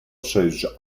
shows